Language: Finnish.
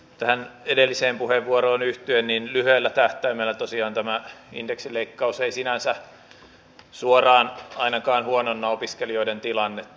tähän edelliseen puheenvuoroon yhtyen lyhyellä tähtäimellä tosiaan tämä indeksin leikkaus ei sinänsä suoraan ainakaan huononna opiskelijoiden tilannetta